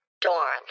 Dawn